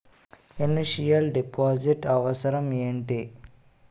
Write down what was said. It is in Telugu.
ఇనిషియల్ డిపాజిట్ అవసరం ఏమిటి?